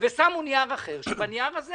ושמו נייר אחר שבנייר הזה